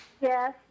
Yes